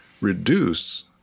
reduce